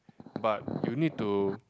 but you need to